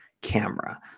camera